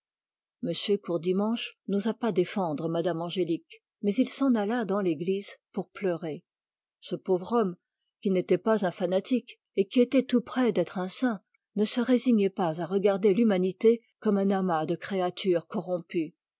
courdimanche n'osa pas défendre mme angélique mais il s'en alla dans l'église pour pleurer ce pauvre homme qui n'était pas un fanatique et qui était tout près d'être un saint ne regardait pas l'humanité comme un amas de créatures corrompues